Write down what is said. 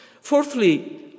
Fourthly